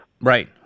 Right